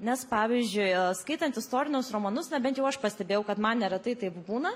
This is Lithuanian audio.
nes pavyzdžiui skaitant istorinius romanus na bent jau aš pastebėjau kad man neretai taip būna